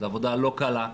זו עבודה לא קלה.